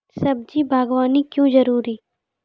सब्जी बागवानी क्यो जरूरी?